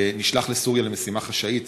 ונשלח לסוריה למשימה חשאית.